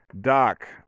Doc